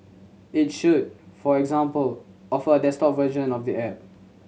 it should for example offer a desktop version of the app